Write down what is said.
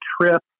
trip